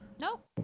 Nope